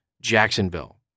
Jacksonville